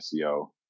SEO